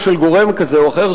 או של גורם כזה או אחר.